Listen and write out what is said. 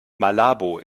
malabo